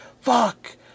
Fuck